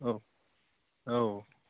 अ औ